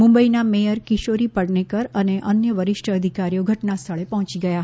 મુંબઈનાં mayor Kishori Pednekar અને અન્ય વરિષ્ટ અધિકારીઓ ધટનાસ્થળે પહોંચી ગયા હતાં